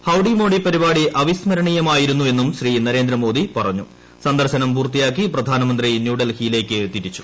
howdy Modi പരിപാടി അവിസ്മരണീയമായിരുന്നുവെന്നും സന്ദർശനം പൂർത്തിയാക്കി പ്രധാനമന്ത്രി ന്യൂഡൽഹിയിലേക്ക് തിരിച്ചു